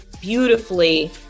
beautifully